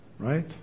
Right